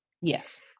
Yes